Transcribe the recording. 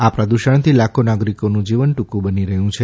આ પ્રદૃષણથી લાખ્ઓ નાગરિકોનું જીવન દ્રેંકું બની રહ્યું છે